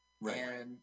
Right